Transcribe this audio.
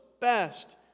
best